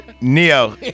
Neo